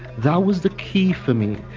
that was the key for me.